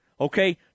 okay